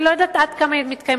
אני לא יודעת עד כמה הן מתקיימות,